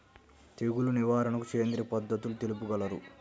తెగులు నివారణకు సేంద్రియ పద్ధతులు తెలుపగలరు?